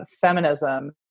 feminism